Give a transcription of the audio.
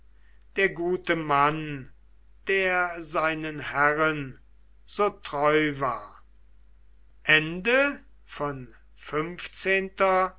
der gute mann der seinen herren so treu war